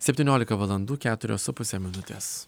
septyniolika valandų keturios su puse minutės